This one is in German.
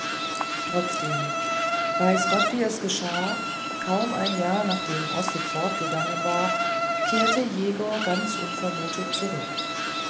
trotzdem weiß gott wie es geschah kaum ein jahr nachdem ossip fortgegangen war kehrte jegor ganz unvermutet zurück